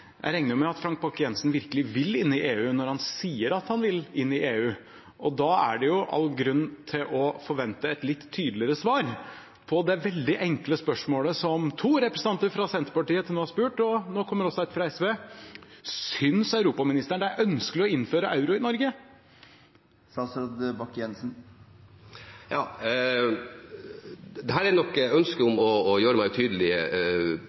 Jeg regner jo med at Frank Bakke-Jensen virkelig vil inn i EU når han sier at han vil inn i EU, og da er det all grunn til å forvente et litt tydeligere svar på det veldig enkle spørsmålet som to representanter fra Senterpartiet til nå har spurt – og nå kommer også et fra SV: Synes europaministeren det er ønskelig å innføre euro i Norge? Dette er nok mer en del av et ønske